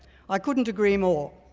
i couldn't agree more.